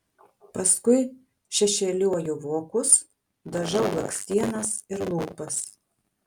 paskui šešėliuoju vokus dažau blakstienas ir lūpas